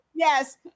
Yes